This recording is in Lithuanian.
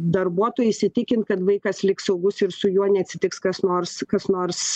darbuotojai įsitikint kad vaikas liks saugus ir su juo neatsitiks kas nors kas nors